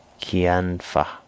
Kianfa